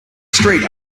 street